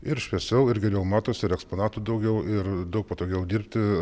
ir šviesiau ir geriau matosi ir eksponatų daugiau ir daug patogiau dirbti